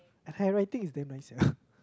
and her handwriting is damn nice sia